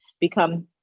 become